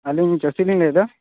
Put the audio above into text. ᱟᱹᱞᱤᱧ ᱡᱚᱛᱤᱱ ᱞᱟᱹᱭ ᱮᱫᱟ